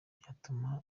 byatumye